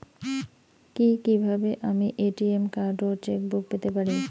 কি কিভাবে আমি এ.টি.এম কার্ড ও চেক বুক পেতে পারি?